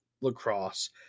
lacrosse